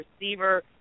receiver